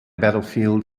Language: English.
battlefield